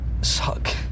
suck